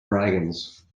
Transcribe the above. dragons